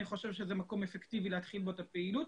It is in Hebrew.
אני חושב שזה מקום אפקטיבי להתחיל בו את הפעילות.